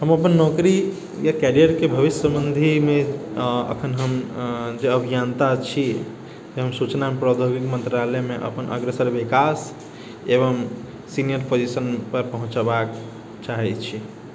हम अपन नौकरी या कैरियर के भविष्य सबन्धीमे एखन हम अभियन्ता छी जे हम सुचना प्रौद्योगिक मन्त्रालयमे अपन अग्रसर विकास एवं सीनियर पोजीशन पर पहुँचबाक चाहै छी